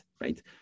right